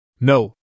No